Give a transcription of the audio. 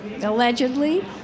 Allegedly